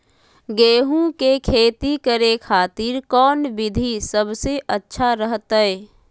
गेहूं के खेती करे खातिर कौन विधि सबसे अच्छा रहतय?